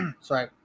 sorry